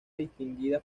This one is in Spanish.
distinguida